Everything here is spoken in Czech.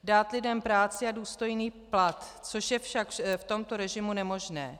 Dát lidem práci a důstojný plat, což je však v tomto režimu nemožné.